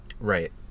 Right